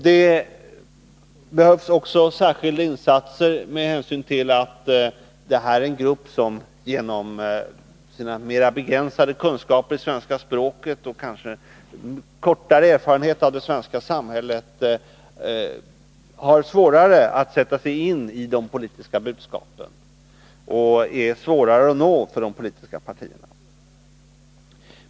Det behövs också särskilda insatser med hänsyn till att det här är en grupp som genom sina mera begränsade kunskaper i svenska språket, och kanske med kortare erfarenhet av det svenska samhället, har svårare att sätta sig in i de politiska budskapen och är svårare att nå för de politiska partierna.